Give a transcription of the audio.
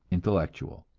intellectual.